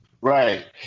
Right